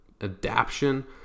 adaption